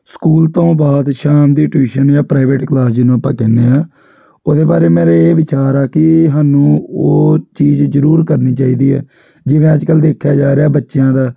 school ਤੋਂ ਬਾਅਦ ਸ਼ਾਮ ਦੀ ਟਿਊਸ਼ਨ ਜਾਂ ਪ੍ਰਾਈਵੇਟ ਕਲਾਸ ਜਿਸ ਨੂੰ ਆਪਾਂ ਕਹਿੰਦੇ ਹਾਂ ਉਹਦੇ ਬਾਰੇ ਮੇਰੇ ਇਹ ਵਿਚਾਰ ਆ ਕਿ ਸਾਨੂੰ ਉਹ ਚੀਜ਼ ਜ਼ਰੂਰ ਕਰਨੀ ਚਾਹੀਦੀ ਹੈ ਜਿਵੇਂ ਅੱਜ ਕੱਲ੍ਹ ਦੇਖਿਆ ਜਾ ਰਿਹਾ ਹੈ ਬੱਚਿਆਂ ਦਾ